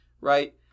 right